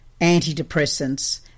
antidepressants